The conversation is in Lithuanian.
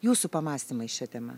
jūsų pamąstymai šia tema